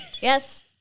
Yes